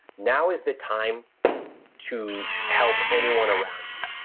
now is the time to help anyone around you.